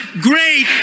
great